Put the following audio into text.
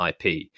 IP